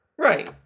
right